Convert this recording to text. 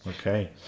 Okay